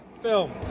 film